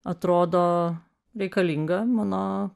atrodo reikalinga mano